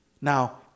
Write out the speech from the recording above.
now